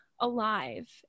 alive